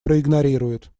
проигнорирует